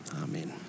Amen